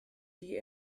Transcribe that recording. die